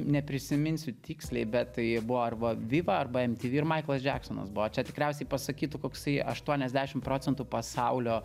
neprisiminsiu tiksliai bet tai buvo arba viva arba em ti vi ir maiklas džeksonas buvo čia tikriausiai pasakytų koksai aštuoniasdešim procentų pasaulio